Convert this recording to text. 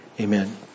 Amen